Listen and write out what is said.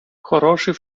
хороший